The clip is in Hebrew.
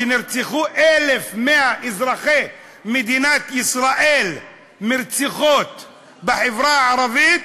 כשנרצחו 1,100 אזרחי מדינת ישראל בחברה הערבית,